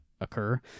occur